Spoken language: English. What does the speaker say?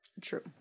true